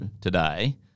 today